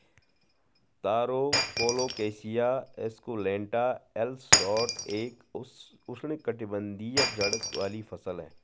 तारो colocasia esculenta L Schott एक उष्णकटिबंधीय जड़ वाली फसल है